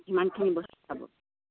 সিমানখিনি বস্তু পাব